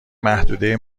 محدوده